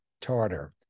tartar